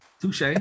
Touche